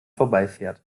vorbeifährt